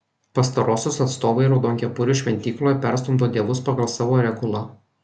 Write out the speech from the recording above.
pastarosios atstovai raudonkepurių šventykloje perstumdo dievus pagal savo regulą